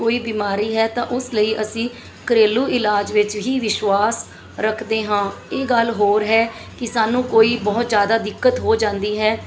ਕੋਈ ਬਿਮਾਰੀ ਹੈ ਤਾਂ ਉਸ ਲਈ ਅਸੀਂ ਘਰੇਲੂ ਇਲਾਜ ਵਿੱਚ ਹੀ ਵਿਸ਼ਵਾਸ ਰੱਖਦੇ ਹਾਂ ਇਹ ਗੱਲ ਹੋਰ ਹੈ ਕਿ ਸਾਨੂੰ ਕੋਈ ਬਹੁਤ ਜ਼ਿਆਦਾ ਦਿੱਕਤ ਹੋ ਜਾਂਦੀ ਹੈ